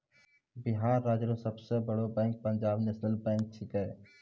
बिहार राज्य रो सब से बड़ो बैंक पंजाब नेशनल बैंक छैकै